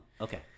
Okay